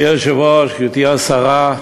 גברתי היושבת-ראש, גברתי השרה,